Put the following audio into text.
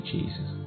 Jesus